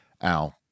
Al